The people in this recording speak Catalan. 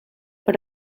per